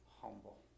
humble